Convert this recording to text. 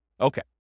Okay